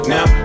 Now